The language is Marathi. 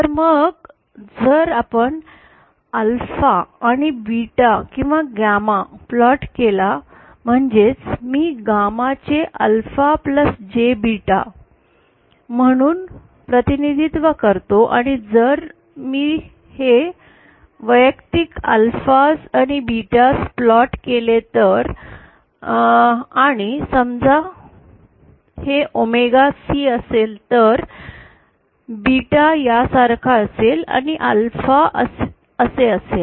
तर मग जर आपण अल्फा आणि बीटा किंवा गॅमा प्लॉट केला म्हणजेच मी गॅमा चे alpha J beta ALPHA J BETA म्हणून प्रतिनिधित्व करतो आणि जर मी हे वैयक्तिक अल्फास आणि बीटा प्लॉट केले तर आणि समजा हे ओमेगा C असेल तर बीटा यासारखे असेल आणि अल्फा असे असेल